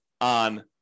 on